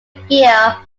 gear